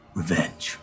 revenge